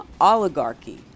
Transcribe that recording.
oligarchy